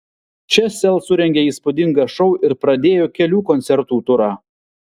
čia sel surengė įspūdingą šou ir pradėjo kelių koncertų turą